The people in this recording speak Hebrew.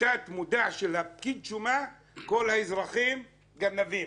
בתת מודע של הפקיד שומה כל האזרחים גנבים.